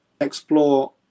explore